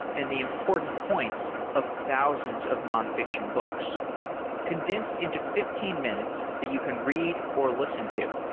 and the important points of thousands of nonfiction books condensed into fifteen minutes that you can read or listen to.